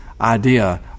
idea